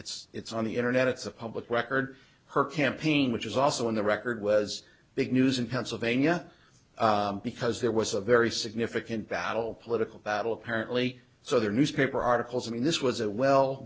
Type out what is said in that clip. it's it's on the internet it's a public record her campaign which is also on the record was big news in pennsylvania because there was a very significant battle political battle parent lee so there newspaper articles and this was a well